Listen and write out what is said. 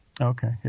Okay